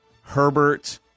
Herbert